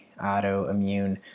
autoimmune